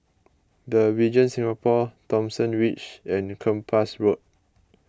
the Regent Singapore Thomson Ridge and Kempas Road